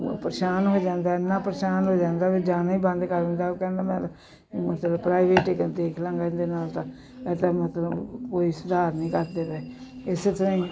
ਪਰੇਸ਼ਾਨ ਹੋ ਜਾਂਦਾ ਇੰਨਾ ਪਰੇਸ਼ਾਨ ਹੋ ਜਾਂਦਾ ਵੀ ਜਾਣਾ ਹੀ ਬੰਦ ਕਰ ਦਿੰਦਾ ਉਹ ਕਹਿੰਦਾ ਮੈਂ ਮਤਲਬ ਪ੍ਰਾਈਵੇਟ ਦੇਖਲਾਂਗਾ ਇਹਦੇ ਨਾਲ ਤਾਂ ਇਹਦਾ ਮਤਲਬ ਕੋਈ ਸੁਧਾਰ ਨਹੀਂ ਕਰਦੇ ਪਏ ਇਸ ਤਰ੍ਹਾਂ ਹੀ